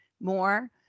more